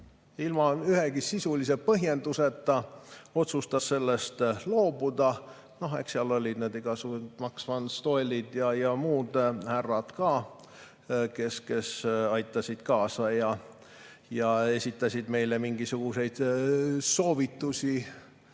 ilma ühegi sisulise põhjenduseta otsustas sellest loobuda. Noh, eks seal olid need igasugused Max van der Stoelid ja muud härrad, kes aitasid kaasa ja esitasid meile mingisuguseid soovitusi. Aga